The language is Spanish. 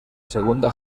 segunda